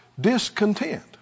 discontent